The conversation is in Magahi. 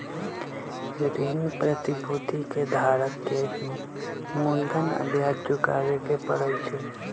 ऋण प्रतिभूति के धारक के ही मूलधन आ ब्याज चुकावे के परई छई